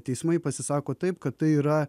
teismai pasisako taip kad tai yra